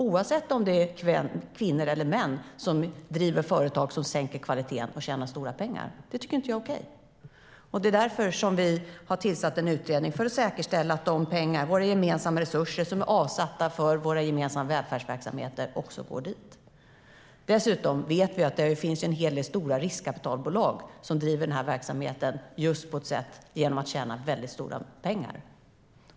Oavsett om det är kvinnor eller män som driver företag som sänker kvaliteten och tjänar stora pengar tycker jag inte att det är okej. Därför har vi tillsatt en utredning med uppgift att säkerställa att de pengarna, våra gemensamma resurser som är avsatta för våra gemensamma välfärdsverksamheter, också går dit. Dessutom vet vi att det finns en hel del stora riskkapitalbolag som driver dessa verksamheter just för att tjäna stora pengar.